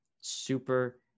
super